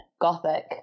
gothic